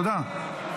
תודה.